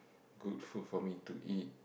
cook food for me to eat